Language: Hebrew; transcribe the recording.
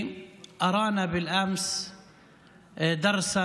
אני רוצה לברך את העם הטורקי הנאור,